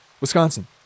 Wisconsin